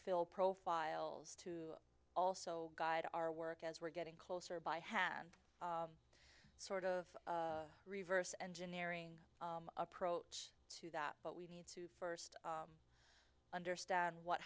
fill profiles to also guide our work as we're getting closer by hand sort of reverse engineering approach to that but we need to first understand what